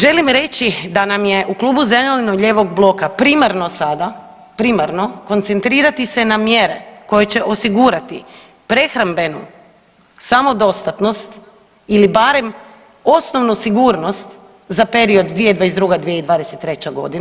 Želim reći da nam je u Klubu zeleno-lijevog bloka primarno sada, primarno koncentrirati se na mjere koje će osigurati prehrambenu samodostatnost ili barem osnovnu sigurnost za period 2022.-2023.g.